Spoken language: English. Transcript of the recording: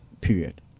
period